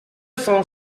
cent